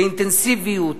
באינטנסיביות,